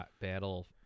battle